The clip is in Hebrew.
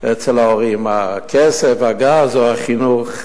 אצל ההורים, הכסף, הגז, או החינוך,